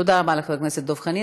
תודה רבה לחבר הכנסת דב חנין.